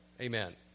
Amen